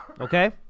okay